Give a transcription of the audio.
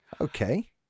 Okay